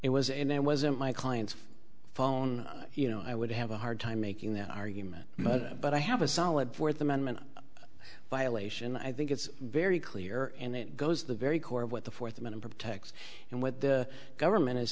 it was in there wasn't my client's phone you know i would have a hard time making that argument but i have a solid fourth amendment violation i think it's very clear and it goes the very core of what the fourth amendment protects and what the government is